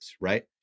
right